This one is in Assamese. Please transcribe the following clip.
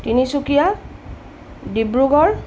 তিনিচুকীয়া ডিব্ৰুগড়